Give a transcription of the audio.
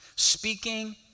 Speaking